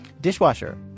Dishwasher